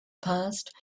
passed